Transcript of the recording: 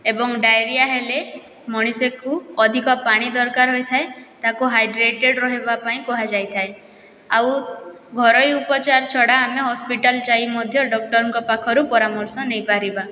ଏବଂ ଡାଇରିଆ ହେଲେ ମଣିଷକୁ ଅଧିକ ପାଣି ଦରକାର ହୋଇଥାଏ ତାକୁ ହାଇଡ଼୍ରେଟେଡ଼୍ ରହିବାପାଇଁ କୁହାଯାଇଥାଏ ଆଉ ଘରୋଇ ଉପଚାର ଛଡ଼ା ଆମେ ହସ୍ପିଟାଲ ଯାଇ ମଧ୍ୟ ଡକ୍ଟରଙ୍କ ପାଖରୁ ପରାମର୍ଶ ନେଇପାରିବା